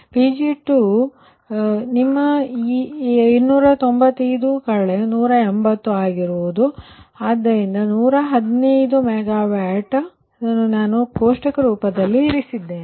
ಆದ್ದರಿಂದ Pg2ರ ಪೀಳಿಗೆಯು ನಿಮ್ಮ 295 180 ಆಗಿರುತ್ತದೆ ಆದ್ದರಿಂದ 115 MW ನಂತರ ನಾನು ಅದನ್ನು ಕೋಷ್ಟಕ ರೂಪದಲ್ಲಿ ಇರಿಸಿದ್ದೇನೆ